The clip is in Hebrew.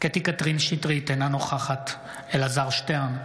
קטי קטרין שטרית, אינה נוכחת אלעזר שטרן